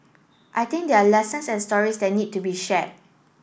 I think there are lessons and stories that need to be share